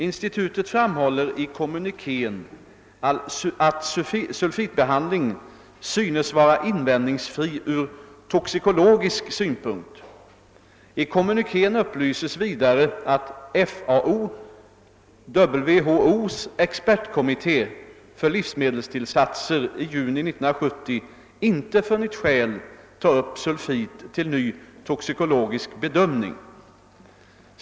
Institutet framhåller i kommunikén att sulfitbehandling synes vara invändningsfri ur toxikologisk synpunkt. I kommunikén upplyses vidare att FAO/WHO:s expertkommitté för livsmedelstillsatser i juni 1970 inte funnit skäl ta upp sulfit till ny toxikologisk bedömning.